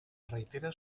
reitera